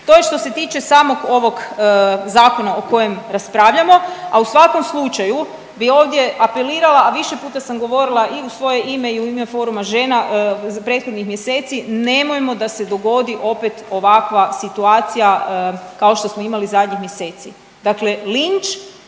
To je što se tiče samog ovog zakona o kojem raspravljamo, a u svakom slučaju bi ovdje apelirala, a više puta sam govorila i u svoje ime i u ime Foruma žena prethodnih mjeseci nemojmo da se dogodi opet ovakva situacija kao što smo imali daljnjih mjeseci, dakle linč,